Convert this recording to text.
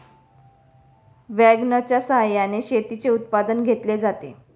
वॅगनच्या सहाय्याने शेतीचे उत्पादन घेतले जाते